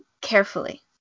carefully